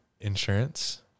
insurance